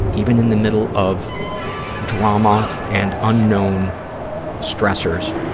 even in the middle of drama and unknown stressors,